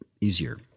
easier